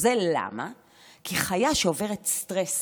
כי חיה שעוברת סטרס,